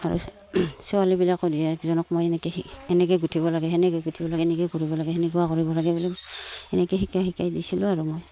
আৰু ছোৱালীবিলাকো মই এনেকৈ এনেকৈ গোঁঠিব লাগে সেনেকৈয়ে গোঁঠিব লাগে এনেকৈয়ে গোঁঠিব লাগে সেনেকুৱা কৰিব লাগে বুলি এনেকৈ শিকাই শিকাই দিছিলোঁ আৰু মই